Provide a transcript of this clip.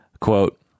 Quote